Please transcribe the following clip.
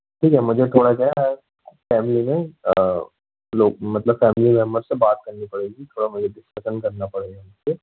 ठीक है मुझे थोड़ा क्या है फैमिली में लोग मतलब फैमिली मेम्बर्स से बात करनी पड़ेगी थोड़ा मुझे डिस्कशन करना पड़ेगा ओके